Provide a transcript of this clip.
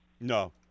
No